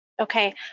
Okay